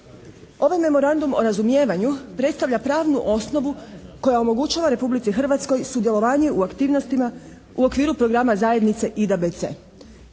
Ovaj memorandum o razumijevanju predstavlja pravnu osnovu koja omogućava Republici Hrvatskoj sudjelovanje u aktivnostima u okviru programa zajednice IDBC.